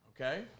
okay